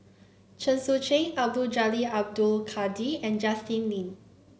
Chen Sucheng Abdul Jalil Abdul Kadir and Justin Lean